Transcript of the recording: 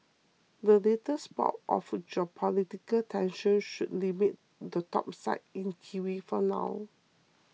the latest bout of geopolitical tensions should limit the topside in kiwi for now